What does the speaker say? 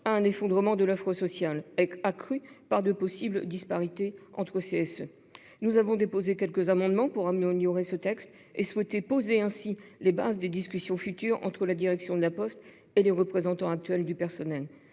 à un effondrement de l'offre sociale, accru par de possibles disparités entre CSE. Nous avons déposé quelques amendements pour améliorer ce texte et poser les bases de discussions futures entre la direction de La Poste et les représentants actuels du personnel.